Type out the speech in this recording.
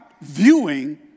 viewing